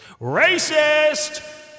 racist